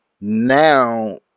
now